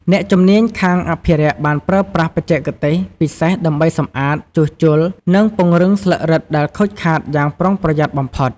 អ្នកជំនាញខាងអភិរក្សបានប្រើប្រាស់បច្ចេកទេសពិសេសដើម្បីសម្អាត ជួសជុល និងពង្រឹងស្លឹករឹតដែលខូចខាតយ៉ាងប្រុងប្រយ័ត្នបំផុត។